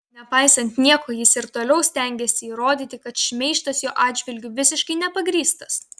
nepaisant nieko jis ir toliau stengiasi įrodyti kad šmeižtas jo atžvilgiu visiškai nepagrįstas